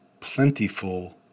plentiful